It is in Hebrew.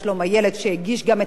שהגיש גם את הבג"ץ,